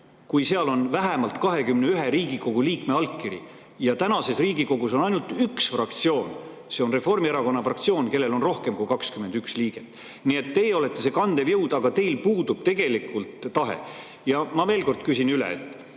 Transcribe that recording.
kui selleks on vähemalt 21 Riigikogu liikme allkiri. Riigikogus on ainult üks fraktsioon – see on Reformierakonna fraktsioon –, kellel on rohkem kui 21 liiget. Nii et teie olete see kandev jõud, aga teil puudub tegelikult tahe. Ma veel kord küsin üle –